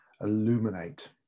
illuminate